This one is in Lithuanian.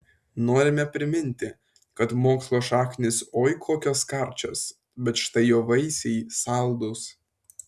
norime priminti kad mokslo šaknys oi kokios karčios bet štai jo vaisiai saldūs